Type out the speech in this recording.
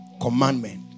commandment